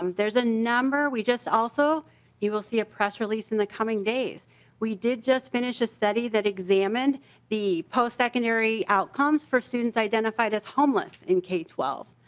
um there's a number we just also you will see a press release in the coming days we did just finish a study that examined the postsecondary outcomes for students identified as homeless in k twelve.